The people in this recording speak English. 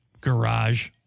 garage